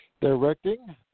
directing